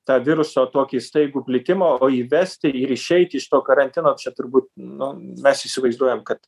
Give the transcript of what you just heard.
tą viruso tokį staigų plitimą o įvesti ir išeiti iš to karantino čia turbūt nu mes įsivaizduojam kad